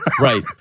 Right